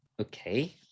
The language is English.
Okay